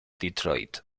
detroit